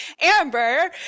Amber